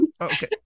okay